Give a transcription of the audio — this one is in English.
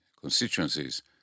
constituencies